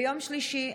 ביום שלישי,